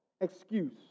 excuse